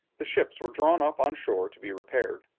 the ships were drawn up on shore to be repaired.